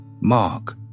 Mark